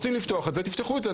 רוצים לפתוח את זה תפתחו את זה.